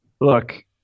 look